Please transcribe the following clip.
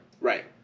Right